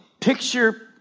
picture